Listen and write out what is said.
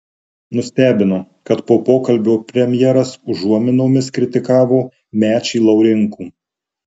nustebino kad po pokalbio premjeras užuominomis kritikavo mečį laurinkų